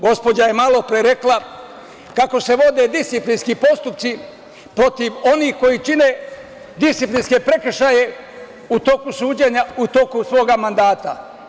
Gospođa je malo pre rekla kako se vode disciplinski postupci protiv onih koji čine disciplinske prekršaje u toku suđenja u toku svoga mandata.